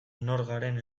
garen